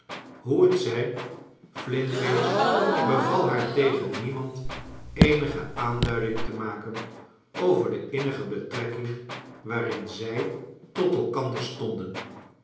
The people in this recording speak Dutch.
hoe j t zij flintwinch beval haar tegen niemand eenige aanduiding te maken over de innige betrekking waarin zij tot elkancharles dickens der stonden